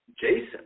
Jason